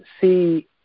see